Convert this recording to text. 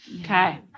Okay